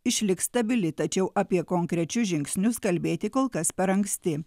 išliks stabili tačiau apie konkrečius žingsnius kalbėti kol kas per anksti